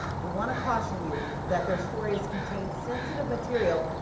we want to caution you that their stories contain sensitive material,